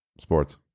sports